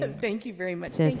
and thank you very much.